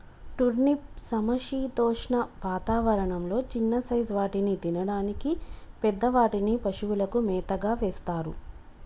turnip సమశీతోష్ణ వాతావరణం లొ చిన్న సైజ్ వాటిని తినడానికి, పెద్ద వాటిని పశువులకు మేతగా వేస్తారు